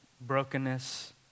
brokenness